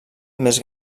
més